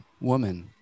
woman